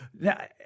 Now